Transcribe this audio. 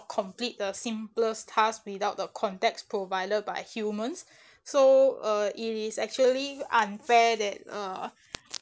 complete the simplest task without the context provided by humans so uh it is actually unfair that uh